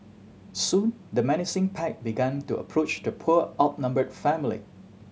soon the menacing pack began to approach the poor outnumbered family